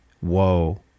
whoa